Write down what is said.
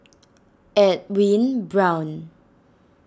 Edwin Brown